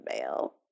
mail